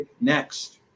Next